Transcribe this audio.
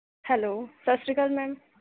hello ਸਤਿ ਸ਼੍ਰੀ ਅਕਾਲ ਮੈਮ